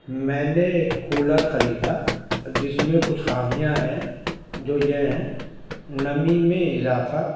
میں نے ایک کولر خریدا جس میں کچھ خامیاں ہیں جو یہ ہیں نمی میں اضافہ